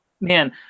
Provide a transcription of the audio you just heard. man